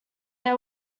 they